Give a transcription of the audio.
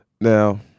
Now